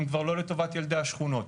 הם כבר לא לטובת ילדי השכונות.